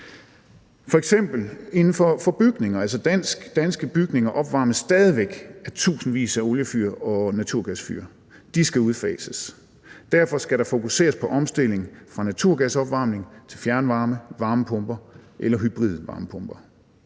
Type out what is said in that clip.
Danske bygninger opvarmes stadig væk af tusindvis af oliefyr og naturgasfyr. De skal udfases. Derfor skal der fokuseres på omstilling fra naturgasopvarmning til fjernvarme, varmepumper eller hybride varmepumper.